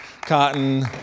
cotton